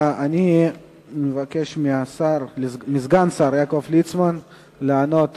אני מבקש מסגן השר יעקב ליצמן לענות